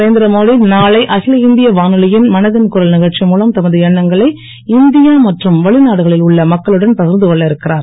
நரேந்திர மோடி நாளை அகில இந்திய வானொலியின் மனதின் குரல் நிகழ்ச்சி மூலம் தமது எண்ணங்களை இந்தியா மற்றும் வெளிநாடுகளில் உள்ள மக்களுடன் பகிர்ந்து கொள்ள இருக்கிறார்